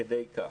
עד כדי כך.